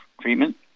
treatment